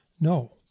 No